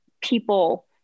people